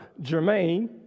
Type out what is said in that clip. Jermaine